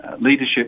Leadership